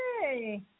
Hey